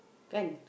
can